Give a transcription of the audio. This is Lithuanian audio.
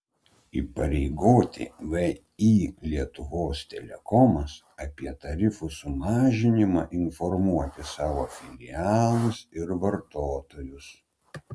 įpareigoti vį lietuvos telekomas apie tarifų sumažinimą informuoti savo filialus ir vartotojus